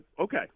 okay